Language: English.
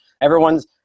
Everyone's